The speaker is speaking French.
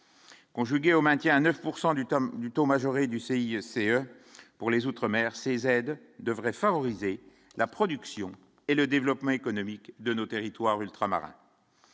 Conjuguée au maintien à 9 pourcent du tome du taux majoré du C. I. C. E pour les Outre-mer ces aides devraient favoriser la production et le développement économique de nos territoires ultramarins.